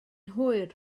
hwyr